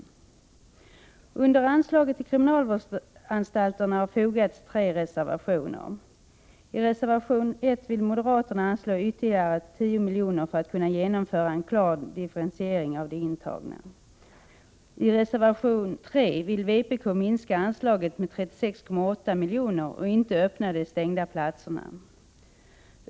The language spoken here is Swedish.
Till det avsnitt i utskottets betänkande som behandlar anslaget till kriminalvårdsanstalterna har fogats tre reservationer. I reservation 1 vill moderaterna anslå ytterligare 10 miljoner för att kunna genomföra en klar differentiering av de intagna. I reservation 3 vill vpk minska anslaget med 36,8 miljoner och inte öppna de stängda platserna.